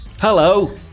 Hello